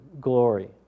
glory